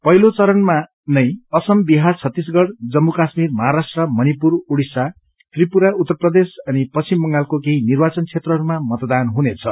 पहिलो चरणमा नै असम बिहार छत्तीसगढ़ जम्मू काश्मीर महाराष्ट्र मणिपुर ओडिसा त्रिपुरा उत्तर प्रदेश अनि पश्चिम बंगालको केही निर्वाचन क्षेत्रहरूमा मतदान हुनछ